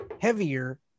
heavier